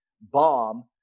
bomb